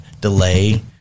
delay